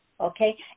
okay